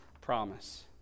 promise